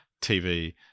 tv